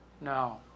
No